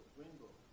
rainbow